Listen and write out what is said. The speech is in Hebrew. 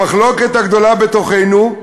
המחלוקת הגדולה בתוכנו,